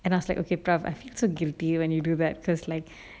and I was like okay prof I feel so guilty when you do that because like